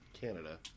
Canada